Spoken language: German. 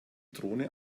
drohne